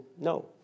No